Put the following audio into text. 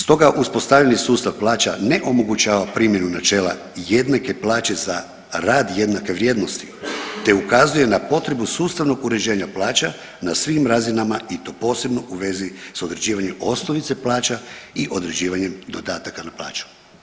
Stoga uspostavljeni sustav plaća ne omogućava primjenu načela jednake plaće za rad jednake vrijednosti te ukazuje na potrebu sustavnog uređenja plaća na svim razinama i to posebno u vezi s određivanjem osnovice plaća i određivanjem dodataka na plaću.